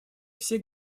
все